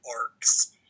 arcs